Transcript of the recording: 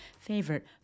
favorite